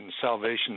salvation